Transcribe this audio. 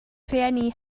rhieni